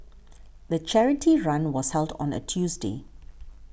the charity run was held on a Tuesday